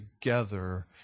together